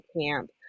camp